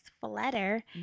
flutter